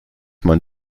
man